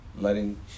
letting